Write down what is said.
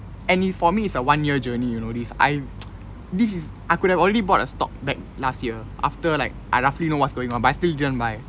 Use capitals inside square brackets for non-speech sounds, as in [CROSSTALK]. and is for me it's a one year journey you know this I [NOISE] this is I could've already bought a stock back last year after like I roughly know what's going but I still didn't buy